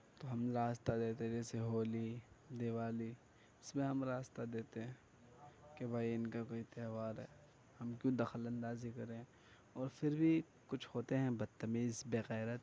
تو ہم لاستہ دیتے جیسے ہولی دیوالی اس میں ہم راستہ دیتے ہیں کہ بھائی ان کا کوئی تہوار ہے ہم کیوں دخل اندازی کریں اور پھر بھی کچھ ہوتے ہیں بدتمیز بےغیرت